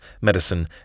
medicine